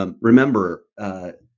Remember